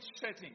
setting